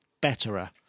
betterer